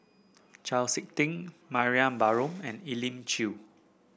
Chau SiK Ting Mariam Baharom and Elim Chew